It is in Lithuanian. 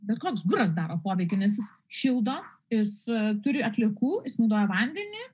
betkoks guras daro poveikį nes jis šildo jis turi atliekų jis naudoja vandenį